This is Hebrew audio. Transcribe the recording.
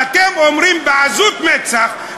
ואתם אומרים בעזות מצח,